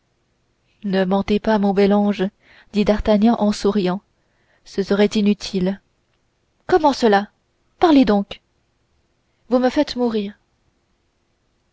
ne mentez pas mon bel ange dit d'artagnan en souriant ce serait inutile comment cela parlez donc vous me faites mourir